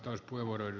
arvoisa puhemies